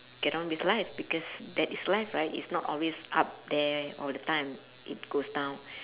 get on with life because that is life right it's not always up there all the time it goes down